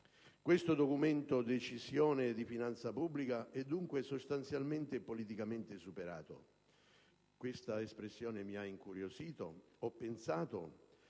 legge che la Decisione di finanza pubblica è atto sostanzialmente e politicamente superato. Questa espressione mi ha incuriosito; ho pensato